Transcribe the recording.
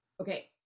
okay